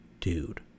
dude